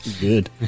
Good